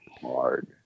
hard